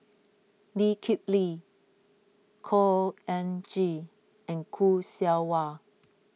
Lee Kip Lee Khor Ean Ghee and Khoo Seow Hwa